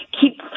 keep